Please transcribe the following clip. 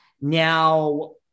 now